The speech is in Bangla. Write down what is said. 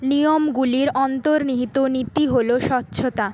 নিয়মগুলির অন্তর্নিহিত নীতি হল স্বচ্ছতা